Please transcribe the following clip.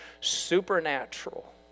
supernatural